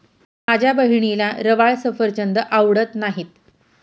माझ्या बहिणीला रवाळ सफरचंद आवडत नाहीत